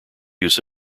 use